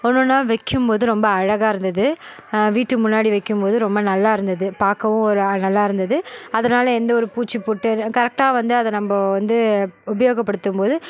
ஒன்று ஒன்றா வைக்கும் போது ரொம்ப அழகாக இருந்தது வீட்டு முன்னாடி வைக்கும் போது ரொம்ப நல்லா இருந்தது பார்க்கவும் ஒரு நல்லா இருந்தது அதனால எந்த ஒரு பூச்சி பொட்டும் கரெக்டாக வந்து அதை நம்ம வந்து உபயோகபடுத்தும் போது